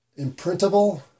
imprintable